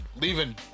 leaving